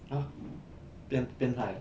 !huh! 变变态 ah